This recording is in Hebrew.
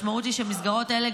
המשמעות היא שהמסגרות האלו,